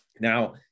Now